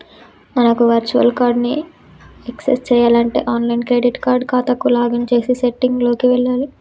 మనకు virtual card ని access చేయాలంటే ఆన్లైన్ క్రెడిట్ కార్డ్ ఖాతాకు లాగిన్ చేసి సెట్టింగ్ లోకి వెళ్లాలి